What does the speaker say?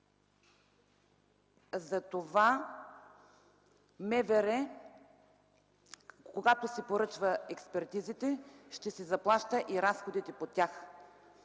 Затова МВР, когато си поръчва експертизите, ще си заплаща и за разходите по тях.